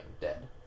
dead